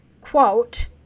quote